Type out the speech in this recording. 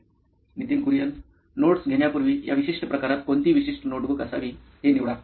Nitin Kurian COO nine electronics notes घेण्यापूर्वी या विशिष्ट प्रकारात कोणती विशिष्ट नोटबुक असावी हे निवडा